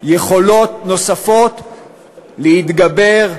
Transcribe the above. יכולות נוספות להתגבר,